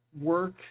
work